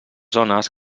zones